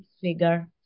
figure